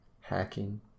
hacking